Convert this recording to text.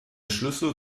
schlüssel